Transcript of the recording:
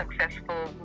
successful